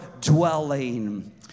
dwelling